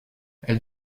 elle